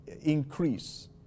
Increase